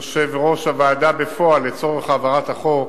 יושב-ראש הוועדה בפועל לצורך העברת החוק,